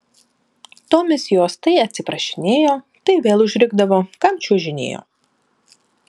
tomis jos tai atsiprašinėjo tai vėl užrikdavo kam čiuožinėjo